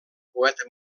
poeta